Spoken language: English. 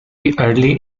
early